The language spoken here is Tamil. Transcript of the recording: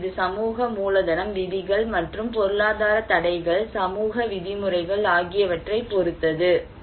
மேலும் இது சமூக மூலதனம் விதிகள் மற்றும் பொருளாதாரத் தடைகள் சமூக விதிமுறைகள் ஆகியவற்றைப் பொறுத்தது